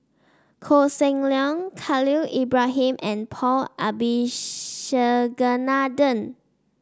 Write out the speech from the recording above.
Koh Seng Leong Khalil Ibrahim and Paul Abisheganaden